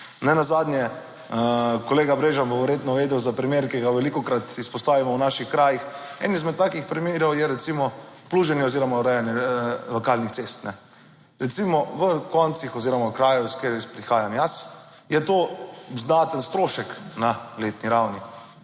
Nenazadnje, kolega Brežan bo verjetno vedel za primer, ki ga velikokrat izpostavimo v naših krajih, eden izmed takih primerov je recimo pluženje oziroma urejanje lokalnih cest. Recimo v koncih oziroma v kraju, iz katere prihajam jaz, je to znaten strošek na letni ravni.